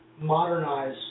modernize